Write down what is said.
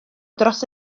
dros